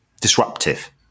disruptive